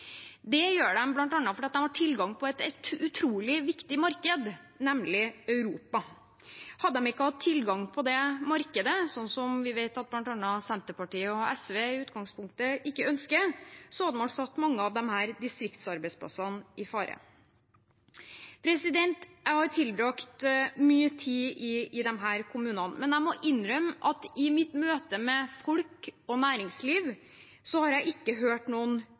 Det gjør de bl.a. fordi de har tilgang til et utrolig viktig marked, nemlig Europa. Hadde de ikke hatt tilgang til det markedet, noe vi vet at bl.a. Senterpartiet og SV i utgangspunktet ikke ønsker, hadde man satt mange av disse distriktsarbeidsplassene i fare. Jeg har tilbrakt mye tid i disse kommunene, men jeg må innrømme at i mitt møte med folk og næringsliv har jeg ikke hørt noen